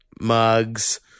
mugs